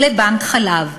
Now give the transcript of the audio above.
לבנק חלב.